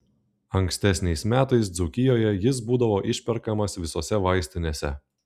ankstesniais metais dzūkijoje jis būdavo išperkamas visose vaistinėse